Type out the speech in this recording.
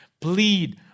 Plead